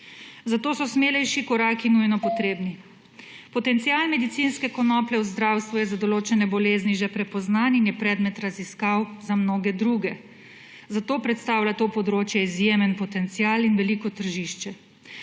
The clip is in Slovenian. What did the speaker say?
Zato so smelejši koraki nujno potrebni. Potencial medicinske konoplje v zdravstvu je za določene bolezni že prepoznan in je predmet raziskav za mnoge druge. Zato predstavlja to področje izjemen potencial in veliko tržišče.